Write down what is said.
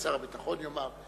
שר הביטחון יאמר.